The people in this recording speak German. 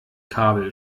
kabel